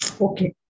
okay